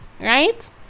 right